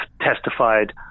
testified